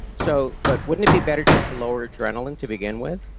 so but wouldn't it be better just to lower adrenaline to begin with?